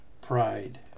pride